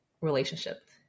relationship